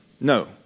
No